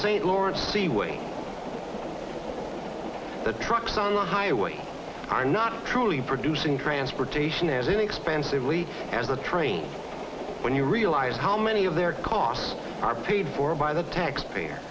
st lawrence seaway up the trucks on the highway are not truly producing transportation as inexpensively as a train when you realize how many of their costs are paid for by the taxpayer